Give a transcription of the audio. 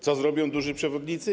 Co zrobią duzi przewoźnicy?